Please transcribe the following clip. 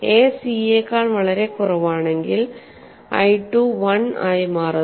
A C യേക്കാൾ വളരെ കുറവാണെങ്കിൽ I 21 ആയി മാറുന്നു